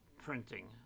printing